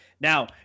Now